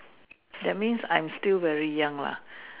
that means I'm still very young lah